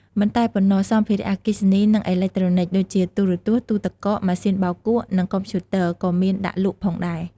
មិនតែប៉ុណ្ណោះ សម្ភារៈអគ្គិសនី និងអេឡិចត្រូនិក ដូចជាទូរទស្សន៍ ទូទឹកកក ម៉ាស៊ីនបោកគក់ និងកុំព្យូទ័រ ក៏មានដាក់លក់ផងដែរ។